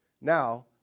Now